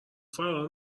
فرار